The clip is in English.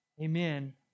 amen